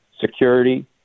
security